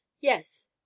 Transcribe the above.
Yes